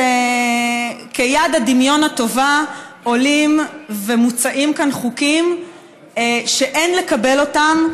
כיד הדמיון הטובה עולים ומוצעים כאן חוקים שאין לקבל אותם,